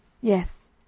Yes